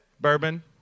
Bourbon